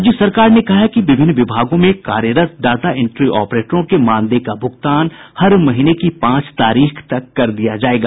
राज्य सरकार ने कहा है कि विभिन्न विभागों में कार्यरत डाटा इंट्री ऑपरेटरों के मानदेय का भूगतान हर महीने की पांच तारीख तक कर दिया जायेगा